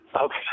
Okay